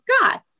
God